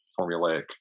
formulaic